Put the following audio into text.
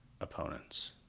opponents